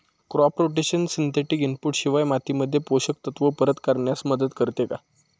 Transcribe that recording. Crop rotation synthetic input शिवाय मातीमध्ये पोषक तत्त्व परत करण्यास मदत करते का?